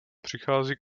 přichází